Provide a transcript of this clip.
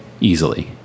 easily